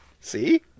See